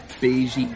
beige